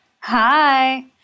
Hi